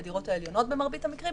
לדירות העליונות במרבית המקרים,